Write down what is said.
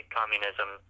communism